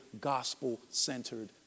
gospel-centered